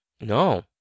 No